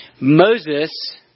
Moses